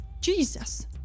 Jesus